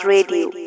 Radio